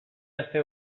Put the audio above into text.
aste